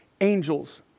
Angels